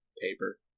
Paper